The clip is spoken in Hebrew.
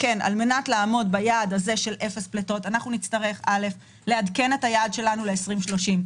על מנת לעמוד ביעד של אפס פליטות נצטרך לעדכן את היעד שלנו ל-2030.